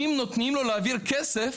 אם נותנים לו להעביר כסף,